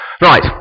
Right